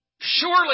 Surely